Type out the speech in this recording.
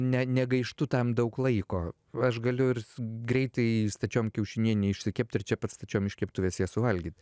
ne negaištu tam daug laiko aš galiu ir greitai stačiom kiaušinienę išsikept ir čia pat stačiom iš keptuvės ją suvalgyt